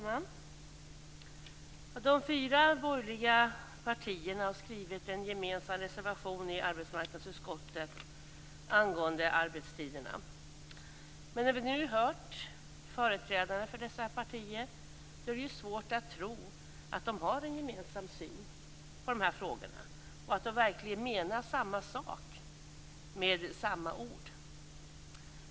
Fru talman! De fyra borgerliga partierna har skrivit en gemensam reservation angående arbetstiderna till arbetsutskottets betänkande. Men när vi nu hört företrädare för dessa partier är det svårt att tro att de har en gemensam syn på dessa frågor och att de verkligen menar samma sak med samma ord.